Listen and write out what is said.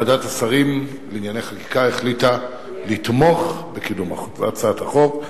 ועדת השרים לעניינים חקיקה החליטה לתמוך בקידום הצעת החוק.